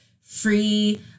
free